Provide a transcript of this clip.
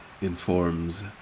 informs